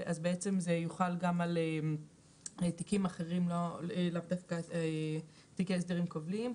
זה יוחל גם על תיקים אחרים ולא דווקא על תיקי הסדרים כובלים.